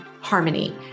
harmony